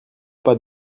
pas